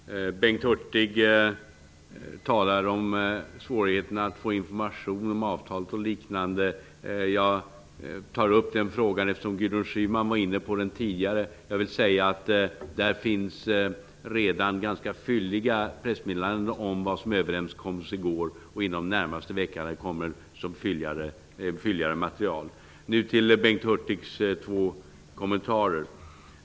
Fru talman! Bengt Hurtig talar om svårigheten att få information om avtalet och liknande saker. Jag tar upp den frågan, eftersom Gudrun Schyman var inne på den tidigare. Jag vill säga att det finns redan ganska fylliga pressmeddelanden om vad som överenskoms i går, och inom den närmaste veckan kommer fylligare material. Nu till Bengt Hurtigs två kommentarer.